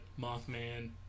Mothman